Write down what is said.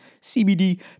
CBD